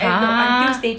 !huh!